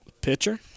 pitcher